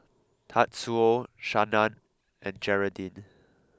Tatsuo Shannan and Geraldine